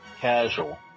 casual